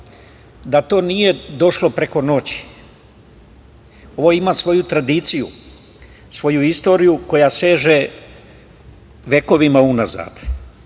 da to nije došlo preko noći. Ovo ima svoju tradiciju, svoju istoriju koja seže vekovima unazad.